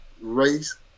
race